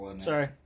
sorry